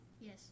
Yes